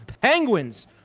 Penguins